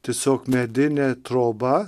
tiesiog medinė troba